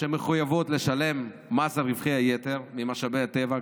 שמחויבות לשלם מס על רווחי היתר ממשאבי הטבע,